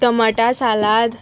टमाटा सालाद